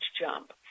jump